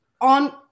on